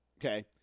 Okay